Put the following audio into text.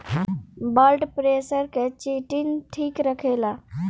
blood pressure के चिटिन ठीक रखेला